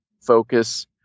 focus